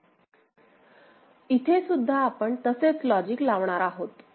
इथे सुद्धा आपण तसेच लॉजिक लावणार आहोत